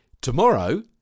tomorrow